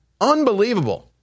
Unbelievable